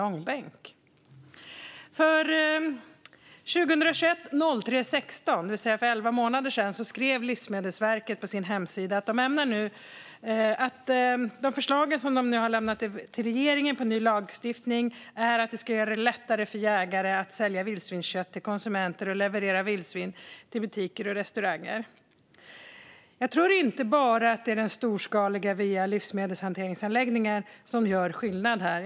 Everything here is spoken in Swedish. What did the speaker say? Den 16 mars 2021, det vill säga för elva månader sedan, skrev Livsmedelsverket på sin hemsida att de förslag till ny lagstiftning som man nu har lämnat till regeringen handlar om att göra det lättare för jägare att sälja vildsvinskött till konsumenter och att leverera vildsvin till butiker och restauranger. Jag tror inte att det bara är den storskaliga hanteringen via livsmedelshanteringsanläggningar som gör skillnad här.